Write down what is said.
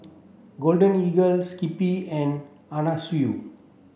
Golden Eagle Skippy and Anna Sui